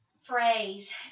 phrase